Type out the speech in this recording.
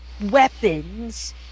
weapons